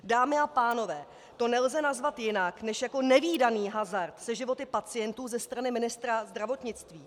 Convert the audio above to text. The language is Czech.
Dámy a pánové, to nelze nazvat jinak než jako nevídaný hazard se životy pacientů ze strany ministra zdravotnictví.